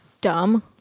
Dumb